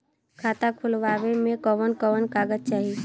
खाता खोलवावे में कवन कवन कागज चाही?